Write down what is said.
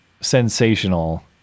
sensational